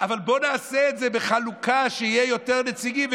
אבל בואו נעשה את זה בחלוקה שיהיו יותר נציגים.